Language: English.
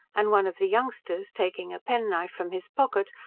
and one of the youngsters taking a penknife from his pocket,